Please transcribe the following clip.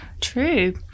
True